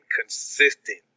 consistent